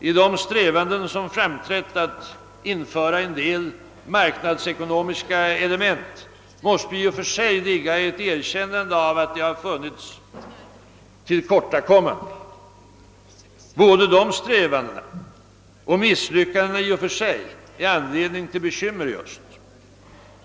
I de strävanden som framträtt att införa en del marknadsekonomiska element måste i och för sig ligga ett erkännande av att det funnits tillkortakommanden. Både dessa strävanden och misslyckandena i och för sig är anledning till bekymmer i öst.